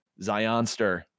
Zionster